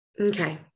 okay